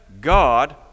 God